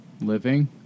Living